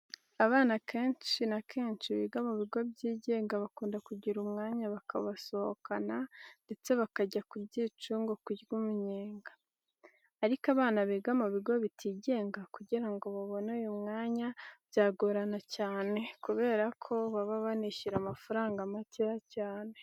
Abana akenshi na kenshi biga mu bigo byigenga bakunda kugira umwanya bakabasohokana ndetse bakajya ku byicungo kurya umunyenga. Ariko abana biga mu bigo bitigenga kugira ngo babone uyu mwanya byagorana cyane kubera ko baba banishyura amafaranga makeya cyane.